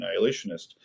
annihilationist